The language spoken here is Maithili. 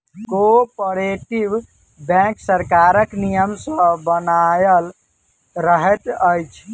कोऔपरेटिव बैंक सरकारक नियम सॅ बन्हायल रहैत अछि